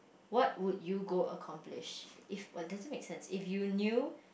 what would you go accomplish if what doesn't make sense if you knew